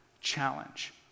challenge